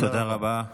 תודה רבה.